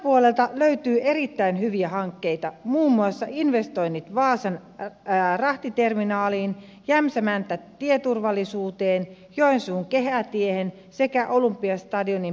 menopuolelta löytyy erittäin hyviä hankkeita muun muassa investoinnit vaasan rahtiterminaaliin jämsämänttä tieturvallisuuteen joensuun kehätiehen sekä olympiastadionin perusparannukseen